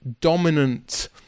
dominant